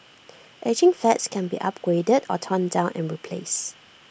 ageing flats can be upgraded or torn down and replaced